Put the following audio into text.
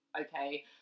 okay